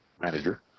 manager